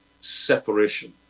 separation